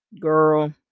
girl